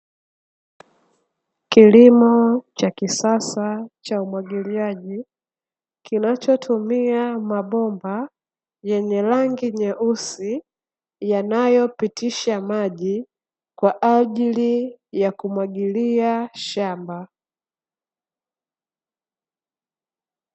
Kilimo cha kisasa cha umwagiliaji, kinachotumia mabomba yenye rangi nyeusi yanayopitisha maji kwa ajili ya kumwagilia shamba.